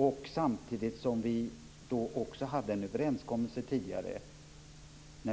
Vi hade tidigare en överenskommelse om